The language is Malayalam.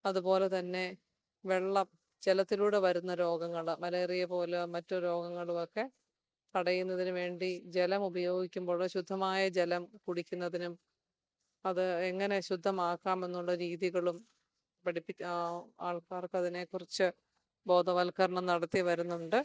അതുപോലെ തന്നെ വെള്ളം ജലത്തിലൂടെ വരുന്ന രോഗങ്ങൾ മലേറിയ പോലെ മറ്റു രോഗങ്ങളുമൊക്കെ തടയുന്നതിനു വേണ്ടി ജലം ഉപയോഗിക്കുമ്പോൾ ശുദ്ധമായ ജലം കുടിക്കുന്നതിനും അത് എങ്ങനെ ശുദ്ധമാക്കാമെന്നുള്ള രീതികളും പഠിപ്പിക്കുക ആൾക്കാർക്ക് അതിനെ കുറിച്ചു ബോധവൽക്കരണം നടത്തി വരുന്നുണ്ട്